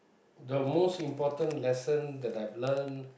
the most important lesson that I've learn